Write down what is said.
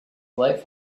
life